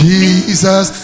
Jesus